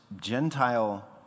Gentile